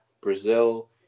Brazil